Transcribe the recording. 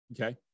Okay